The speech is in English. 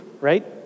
right